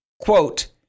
Quote